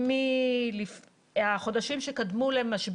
גם לשפר